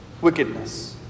wickedness